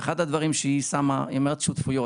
ואחד הדברים שהיא שמה, היא אומרת שותפויות.